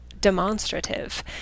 demonstrative